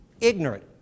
ignorant